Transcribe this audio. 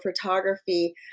photography